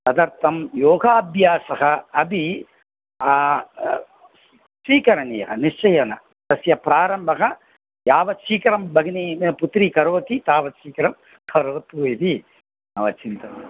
तदर्थं योगाभ्यासः अपि स्वीकरणीयः निश्चयेन तस्य प्रारम्भः यावत् शीघ्रं भगिनी पुत्री करोति तावत् शीघ्रं करोतु इति मम चिन्तनम्